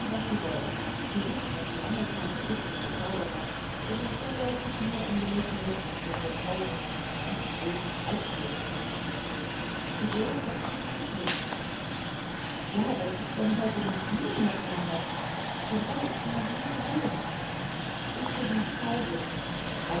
was sie wollen sie sind noch lange kein ägyptischer zauberer sondern vorläufig nur ein junges mädchen dem der tauwind noch manchen bösen streich spielen kann sie wurde plötzlich ganz lustig ja was ist denn das heute mit ihnen herr pernath so hab ich sie noch nie gesehen übrigens tauwind